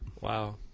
Wow